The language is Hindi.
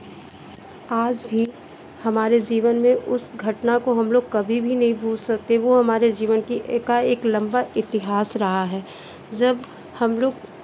आज भी हमारे जीवन में उस घटना को हम लोग कभी भी नहीं भूल सकते वो हमारे जीवन की एकाएक लंबा इतिहास रहा है जब हम लोग